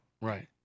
Right